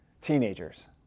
Teenagers